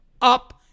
up